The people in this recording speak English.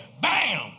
Bam